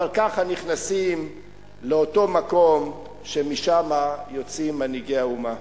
אבל כך נכנסים לאותו מקום שמשם יוצאים מנהיגי האומה.